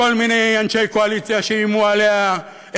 לכל מיני אנשי קואליציה שאיימו עליה,